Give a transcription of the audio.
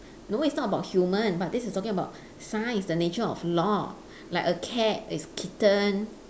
no it's not about human but this is talking about science the nature of law like a cat is kitten